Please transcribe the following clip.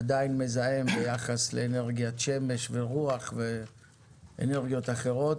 עדיין מזהם ביחס לאנרגיית שמש ורוח ואנרגיות אחרות,